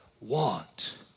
want